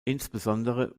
insbesondere